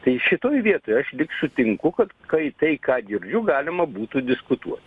tai šitoj vietoj aš sutinku kad kai tai ką girdžiu galima būtų diskutuot